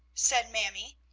said mamie.